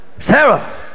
Sarah